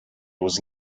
was